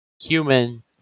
Human